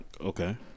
Okay